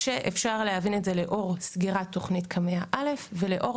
כשאפשר להבין את זה לאור סגירת תוכנית קמ"ע א' ולאור,